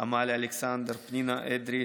עמליה אלכסנדר פנינה אדרי,